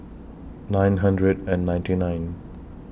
nine hundred and ninety nine